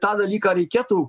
tą dalyką reikėtų